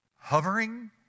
hovering